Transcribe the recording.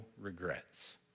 regrets